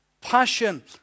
passion